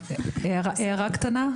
אני מבקשת להעיר הערה קטנה.